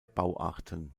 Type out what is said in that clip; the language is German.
bauarten